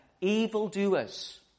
evildoers